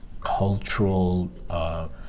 Cultural